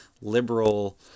liberal